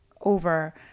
over